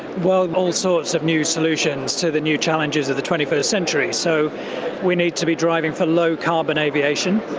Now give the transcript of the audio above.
well, all sorts of new solutions to the new challenges of the twenty first century. so we need to be driving for low carbon aviation,